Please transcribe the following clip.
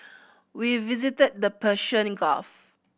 we visited the Persian Gulf